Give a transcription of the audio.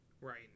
Right